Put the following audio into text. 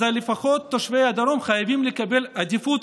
אז לפחות תושבי הדרום חייבים לקבל עדיפות